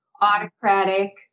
autocratic